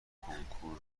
کنکور